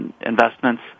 investments